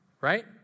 right